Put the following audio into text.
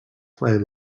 play